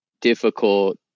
difficult